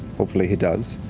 hopefully he does.